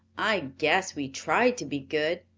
i guess we tried to be good,